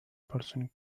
percent